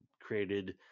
created